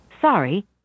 Sorry